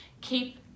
keep